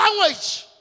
language